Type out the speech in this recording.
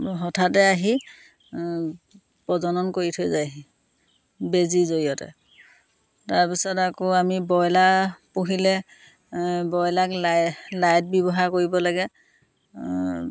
হঠাতে আহি প্ৰজনন কৰি থৈ যায়হি বেজীৰ জৰিয়তে তাৰপিছত আকৌ আমি ব্ৰইলাৰ পুহিলে ব্ৰইলাৰক লাই লাইট ব্যৱহাৰ কৰিব লাগে